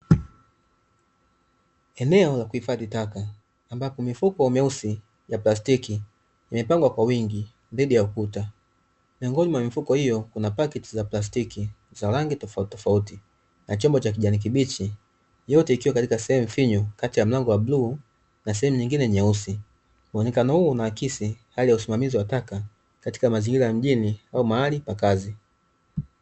Eneo la kuhifadhi taka ambapo mifuko meusi ya plastiki imepangwa kwa wingi dhidi ya ukuta. Miongoni mwa mifuko hiyo kuna pakiti za plastiki za rangi tofautitofauti na chombo cha kijani kibichi yote ikiwa katika sehemu finyu kati ya mlango wa bluu na sehemu nyingine nyeusi, muonekano huu unahakisi hali ya usimamizi wa taka katika mazingira ya mjini au mahali pa kazi.